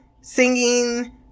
singing